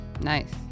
Nice